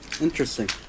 interesting